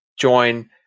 join